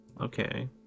okay